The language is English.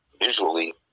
visually